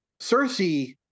Cersei